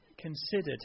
considered